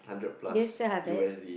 do you still have it